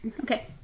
Okay